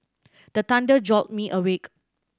the thunder jolt me awake